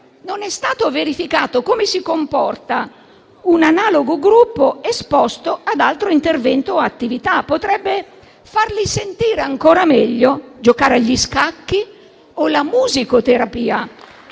Non è stato verificato come si comporta un analogo gruppo esposto ad altro intervento o attività. Potrebbe farli sentire ancora meglio giocare agli scacchi o la musicoterapia,